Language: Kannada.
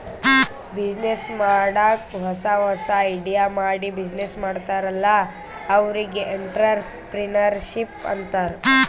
ಬಿಸಿನ್ನೆಸ್ ಮಾಡಾಗ್ ಹೊಸಾ ಹೊಸಾ ಐಡಿಯಾ ಮಾಡಿ ಬಿಸಿನ್ನೆಸ್ ಮಾಡ್ತಾರ್ ಅಲ್ಲಾ ಅವ್ರಿಗ್ ಎಂಟ್ರರ್ಪ್ರಿನರ್ಶಿಪ್ ಅಂತಾರ್